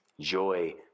joy